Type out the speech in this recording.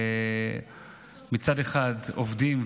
מצד אחד עובדים,